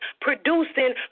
producing